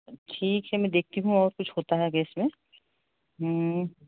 ठीक है मैं देखती हूँ और कुछ होता है जैसे हूँ